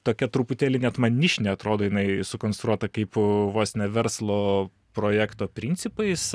tokia truputėlį net man nišinė atrodo jinai sukonstruota kaip vos ne verslo projekto principais